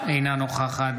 אינו נוכח גילה גמליאל,